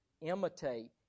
imitate